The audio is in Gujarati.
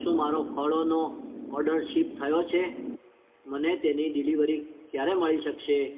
શું મારો ફળોનો ઓડર શિપ થયો છે મને તેની ડિલિવરી ક્યારે મળી શકશે